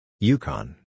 Yukon